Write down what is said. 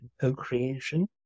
co-creation